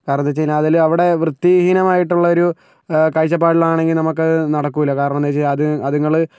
കാരണം എന്താ വെച്ച് കഴിഞ്ഞാൽ അതില് അവിടേ വൃത്തിഹീനമായിട്ടുള്ളൊരു കാഴ്ചപ്പാടിലാണെങ്കിൽ നമുക്കത് നടക്കില്ല കാരണമെന്തെന്ന് വെച്ചാൽ അത് അതുങ്ങള്